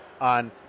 on